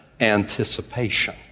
anticipation